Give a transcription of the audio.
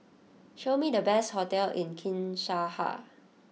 show me the best hotels in Kinshasa